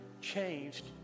changed